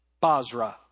Basra